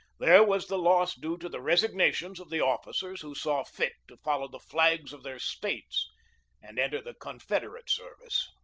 there was the loss due to the resignations of the officers who saw fit to follow the flags of their states and enter the con federate service.